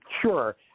sure